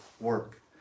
work